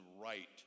right